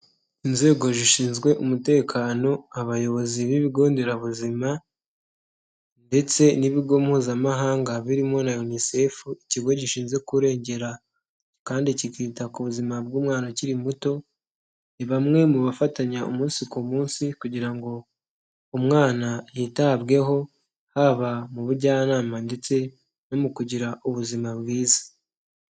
Inzego zishinzwe umutekano abayobozi b'ibigo nderabuzima, ndetse n'ibigo mpuzamahanga birimo na UNICEF ikigo gishinzwe kurengera kandi kikita ku buzima bw'umwana akiri muto, ni bamwe mu bafatanya umunsi ku munsi, kugira ngo umwana yitabweho haba mu bujyanama ndetse no mu kugira ubuzima bwiza.